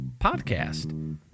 podcast